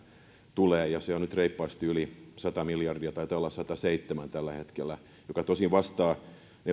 tulee ja se on nyt reippaasti yli sata miljardia taitaa olla sadallaseitsemällä tällä hetkellä joka tosin vastaa